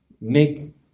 make